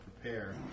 prepare